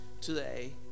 today